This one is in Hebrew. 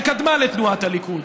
שקדמה לתנועת הליכוד.